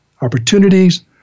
opportunities